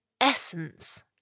essence